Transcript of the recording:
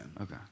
Okay